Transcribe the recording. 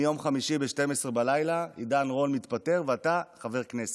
מיום חמישי ב-12 בלילה עידן רול מתפטר ואתה חבר כנסת.